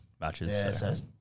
matches